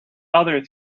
other